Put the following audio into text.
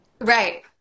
Right